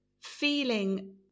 feeling